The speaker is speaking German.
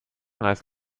eines